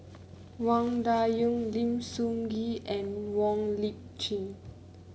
Wang Dayuan Lim Sun Gee and Wong Lip Chin